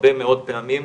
הרבה מאוד פעמים.